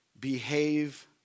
behave